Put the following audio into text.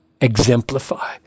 exemplify